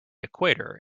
equator